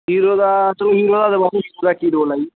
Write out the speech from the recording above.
hero ਦਾ ਚਲੋ hero ਆਲਾ ਉਹਦਾ ਕੀ ਰੋਲ ਹੈ ਜੀ